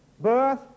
Birth